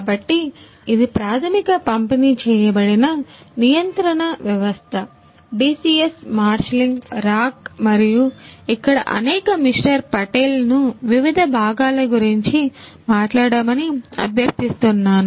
కాబట్టి ఇది ప్రాథమికంగా పంపిణీ చేయబడిన నియంత్రణ వ్యవస్థ DCS మార్షలింగ్ రాక్ మరియు ఇక్కడ నేను మిస్టర్ పటేల్ ను వివిధ భాగాలు గురించి మాట్లాడమని అభ్యర్థిస్తున్నాను